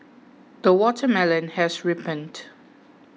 the watermelon has ripened